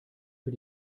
für